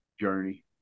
journey